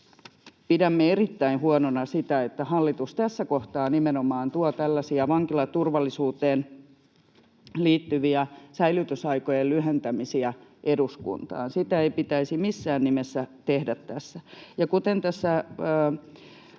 pidämme erittäin huonona sitä, että hallitus tässä kohtaa nimenomaan tuo tällaisia vankilaturvallisuuteen liittyviä säilytysaikojen lyhentämisiä eduskuntaan. Sitä ei pitäisi missään nimessä tehdä tässä. Ja kuten tässä